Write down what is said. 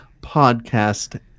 podcast